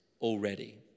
already